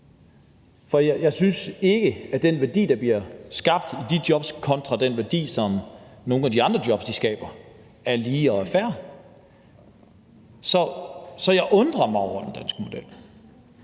for jeg synes ikke, at den værdi, der bliver skabt i de jobs, kontra den værdi, som nogle af de andre job skaber, er lige meget værd. Så jeg undrer mig over den danske model,